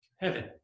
heaven